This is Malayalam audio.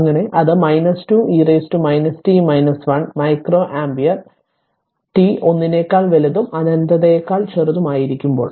അങ്ങനെ അത് 2 e t 1 micro ampere t 1 നേക്കാൾ വലുതും അനന്തതയേക്കാൾ ചെറുതും ആയിരിക്കുമ്പോൾ